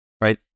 right